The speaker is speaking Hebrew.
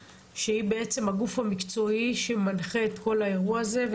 שלמעשה היא הגוף המקצועי שמנחה את כל האירוע הזה,